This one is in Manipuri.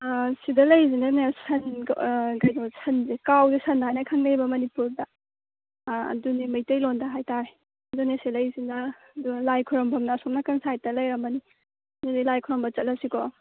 ꯑꯥ ꯁꯤꯗ ꯂꯩꯔꯤꯁꯤꯅꯅꯦ ꯁꯟ ꯑꯥ ꯀꯩꯅꯣ ꯁꯟꯁꯦ ꯀꯥꯎꯁꯦ ꯁꯟ ꯍꯥꯏꯅ ꯈꯪꯅꯩꯕ ꯃꯅꯤꯄꯨꯔꯗ ꯑꯥ ꯑꯗꯨꯅꯤ ꯃꯩꯇꯩꯂꯣꯟꯗ ꯍꯥꯏꯇꯔꯦ ꯑꯗꯨꯅꯤ ꯁꯤꯗ ꯂꯩꯔꯤꯁꯤꯅ ꯑꯗꯣ ꯂꯥꯏ ꯈꯨꯔꯨꯝ ꯐꯝꯅ ꯑꯁꯣꯝ ꯅꯥꯀꯟ ꯁꯥꯏꯠꯇ ꯂꯩꯔꯝꯂꯅꯤ ꯑꯗꯨꯗꯤ ꯂꯥꯏ ꯈꯨꯔꯨꯝꯕ ꯆꯠꯂꯁꯤꯀꯣ